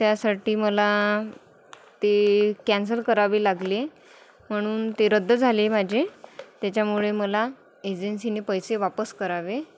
त्यासाठी मला ते कॅन्सल करावी लागले म्हणून ते रद्द झाले माझे त्याच्यामुळे मला एजन्सीने पैसे वापस करावे